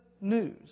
news